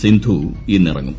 സിന്ധു ഇന്നിറങ്ങും